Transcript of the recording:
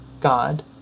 God